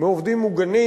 מעובדים מוגנים,